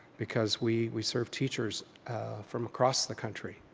because we we serve teachers from across the country.